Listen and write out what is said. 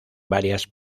varias